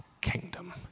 kingdom